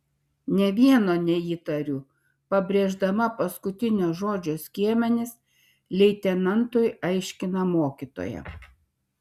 nė vieno neįtariu pabrėždama paskutinio žodžio skiemenis leitenantui aiškina mokytoja